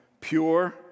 Pure